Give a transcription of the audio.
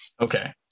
Okay